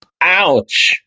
ouch